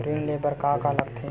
ऋण ले बर का का लगथे?